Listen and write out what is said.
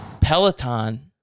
Peloton